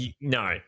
No